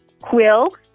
Quill